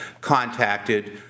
contacted